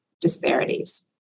disparities